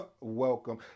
welcome